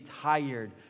tired